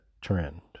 trend